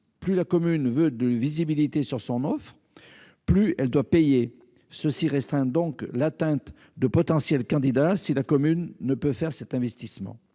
plus la commune veut de visibilité sur son offre, plus elle doit payer, ce qui restreint l'atteinte de potentiels candidats si la commune ne peut faire cet investissement.